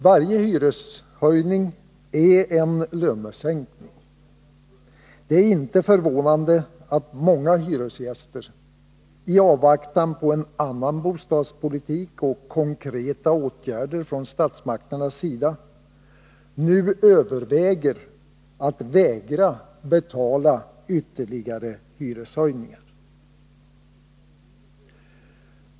Varje hyreshöjning är en lönesänkning. Det är inte förvånande att många hyresgäster — i avvaktan på en annan bostadspolitik och konkreta åtgärder från statsmakterna — nu överväger att vägra betala ytterligare hyreshöjningar.